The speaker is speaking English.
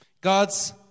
God's